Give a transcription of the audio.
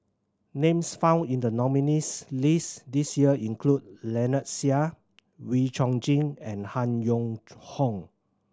names found in the nominees' list this year include Lynnette Seah Wee Chong Jin and Han Yong Hong